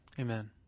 Amen